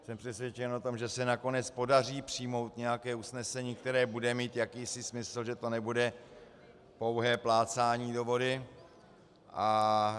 Jsem přesvědčen o tom, že se nakonec podaří přijmout nějaké usnesení, které bude mít jakýsi smysl, že to nebude pouhé plácání do vody.